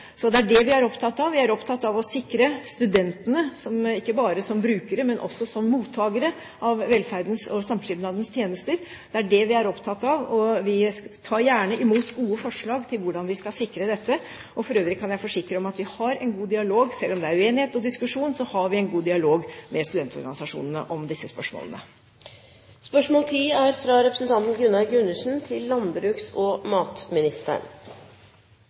Det er det vi er opptatt av. Vi er opptatt av å sikre studentene, ikke bare som brukere, men også som mottakere av velferdens og samskipnadens tjenester. Det er det vi er opptatt av, og vi tar gjerne imot gode forslag til hvordan vi skal sikre dette. For øvrig kan jeg forsikre om at vi har en god dialog. Selv om det er uenighet og diskusjon, har vi en god dialog med studentorganisasjonene om disse spørsmålene. Mitt spørsmål går til landbruks- og matministeren: